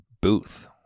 booth